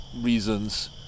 reasons